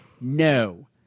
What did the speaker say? No